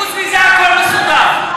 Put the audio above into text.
חוץ מזה הכול מסודר.